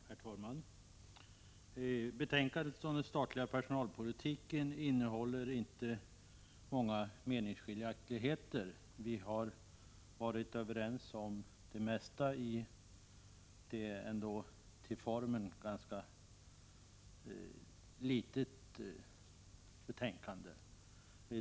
Herr talman! Betänkandet om den statliga personalpolitiken innehåller inte många meningsskiljaktigheter. Vi har varit överens om det mesta i det till formatet ändå ganska tunna betänkandet.